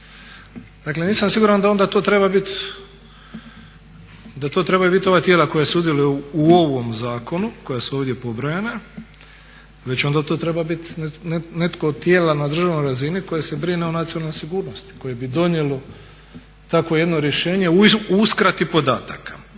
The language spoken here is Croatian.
Dakle nisam siguran da onda to treba biti, da to trebaju biti ova tijela koja sudjeluju u ovom zakonu koja su ovdje pobrojana već onda to treba biti netko od tijela na državnoj razini koja se brine o nacionalnoj sigurnosti koje bi donijelo takvo jedno rješenje o uskrati podataka.